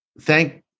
thank